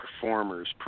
performers